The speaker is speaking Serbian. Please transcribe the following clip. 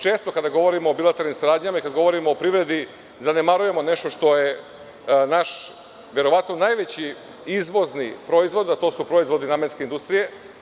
Često kada govorimo o bilateralnim saradnjama i kada govorimo o privredi zanemarujemo nešto što je naš verovatno najveći izvozni proizvod, a to su proizvodi namenske industrije.